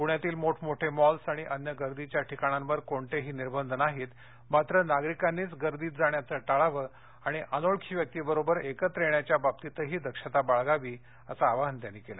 पुण्यातील मोठमोठे मॉल आणि अन्य गर्दीच्या ठिकाणांवर कोणतेही निर्बंध नाहीत मात्र नागरिकांनीच गर्दीत जाण्याचं टाळावं आणि अनोळखी व्यक्तीबरोबर एकत्र येण्याच्या बाबतीतही दक्षता बाळगावी असं आवाहन त्यांनी केलं